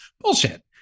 Bullshit